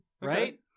right